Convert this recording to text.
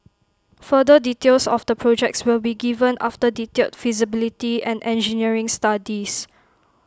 further details of the projects will be given after detailed feasibility and engineering studies